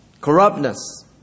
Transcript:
Corruptness